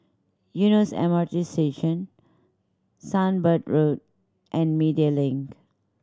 Eunos M R T Station Sunbird Road and Media Link